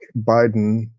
Biden